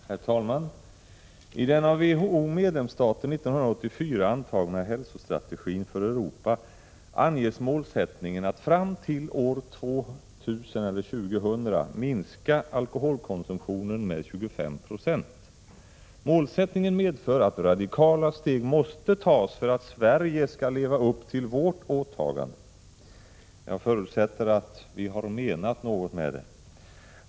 Herr talman! I den av WHO:s medlemsstater 1984 antagna hälsostrategin för Europa anges målsättningen att fram till år 2000 minska alkoholkonsumtionen med 25 90. Målsättningen medför att radikala steg måste tas för att Sverige skall leva upp till sitt åtagande. Jag förutsätter att vi har menat någonting med det.